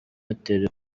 airtel